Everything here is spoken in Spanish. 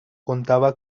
contaba